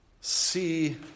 see